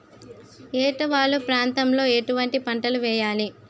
ఏటా వాలు ప్రాంతం లో ఎటువంటి పంటలు వేయాలి?